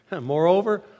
Moreover